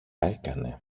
έκανε